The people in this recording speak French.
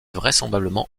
vraisemblablement